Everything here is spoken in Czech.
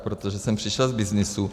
Protože jsem přišel z byznysu.